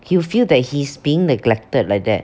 you feel that he's being neglected like that